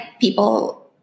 people –